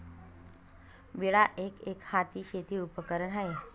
विळा एक, एकहाती शेती उपकरण आहे